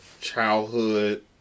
childhood